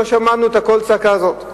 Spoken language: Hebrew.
לא שמענו את קול הצעקה הזאת.